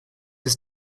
was